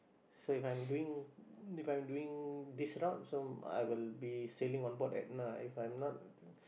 so if I'm doing if I'm doing this route so I will be sailing on board Edna if I'm not